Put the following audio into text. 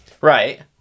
Right